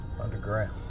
underground